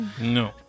no